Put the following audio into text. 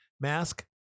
mask